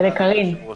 הישיבה